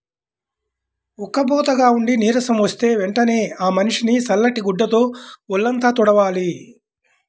ఉక్కబోతగా ఉండి నీరసం వస్తే వెంటనే ఆ మనిషిని చల్లటి గుడ్డతో వొళ్ళంతా తుడవాలి